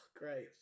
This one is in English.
great